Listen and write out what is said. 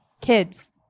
Kids